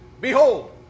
behold